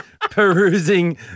perusing